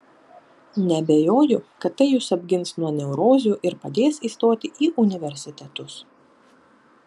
neabejoju kad tai jus apgins nuo neurozių ir padės įstoti į universitetus